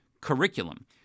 Curriculum